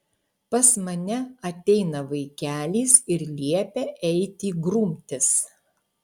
pas mane ateina vaikelis ir liepia eiti grumtis